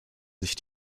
sich